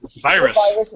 virus